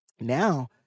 now